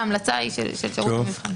ההמלצה היא של שירות המבחן.